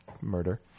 murder